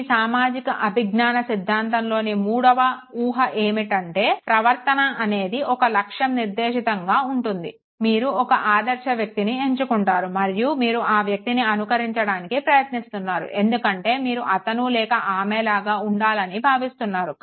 ఈ సామాజిక అభిజ్ఞాన సిద్ధాంతంలోని మూడవ ఊహ ఏమిటంటే ప్రవర్తన అనేది ఒక లక్ష్యం నిర్దేశితంగా ఉంటుంది మీరు ఒక ఆదర్శ వ్యక్తిని ఎంచుకున్నారు మరియు మీరు ఆ వ్యక్తిని అనుకరించడానికి ప్రయత్నిస్తున్నారు ఎందుకంటే మీరు అతను లేక ఆమె లాగా ఉండాలని భావిస్తున్నారు